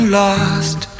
lost